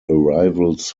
arrivals